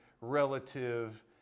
relative